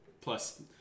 plus